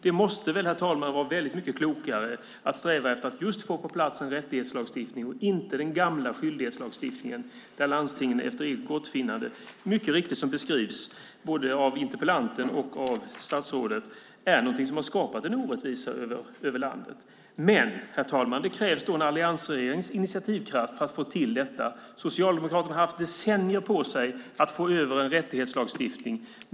Det måste väl, herr talman, vara väldigt mycket klokare att sträva efter att få på plats en rättighetslagstiftning i stället för den gamla skyldighetslagstiftningen, där landstingen efter eget gottfinnande mycket riktigt, som beskrivs både av interpellanten och av statsrådet, har skapat en orättvisa över landet. Men det krävs en alliansregerings initiativkraft att få till detta. Socialdemokraterna har haft decennier på sig att få till en rättighetslagstiftning.